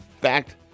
fact